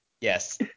Yes